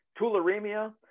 tularemia